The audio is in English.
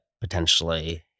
potentially